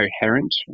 coherent